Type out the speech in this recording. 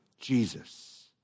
Jesus